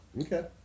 okay